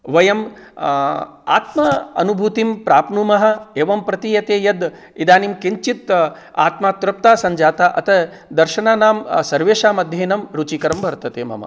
वयं आत्म अनुभूतिं प्राप्नुमः एवं प्रतीयते यद् इदानीं किञ्चित् आत्मा तृप्तः सञ्जातः अतः दर्शनानां सर्वेषां अध्ययनं रुचिकरं वर्तते मम